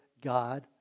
God